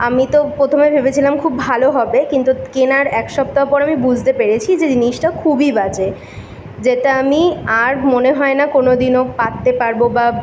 আমি তো প্রথমে ভেবেছিলাম খুব ভালো হবে কিন্তু কেনার এক সপ্তাহ পর আমি বুঝতে পেরেছি যে জিনিসটা খুবই বাজে যেটা আমি আর মনে হয় না কোনো দিনও পাততে পারবো বা